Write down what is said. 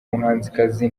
muhanzikazi